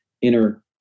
inner